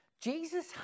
Jesus